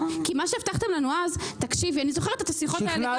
כי מה שהבטחתם לנו אז אני זוכרת את השיחות האלה,